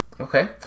Okay